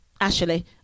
Ashley